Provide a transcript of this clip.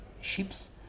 ships